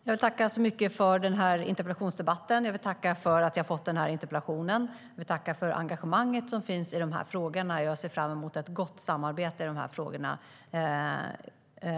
Fru talman! Jag tackar för interpellationsdebatten. Jag vill tacka för att har jag fått interpellationen. Jag vill tacka för det engagemang som finns i de här frågorna och ser fram emot ett gott samarbete i dem